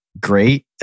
Great